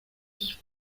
they